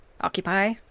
occupy